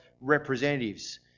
representatives